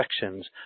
sections